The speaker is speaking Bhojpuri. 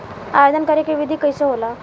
आवेदन करे के विधि कइसे होला?